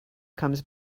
comes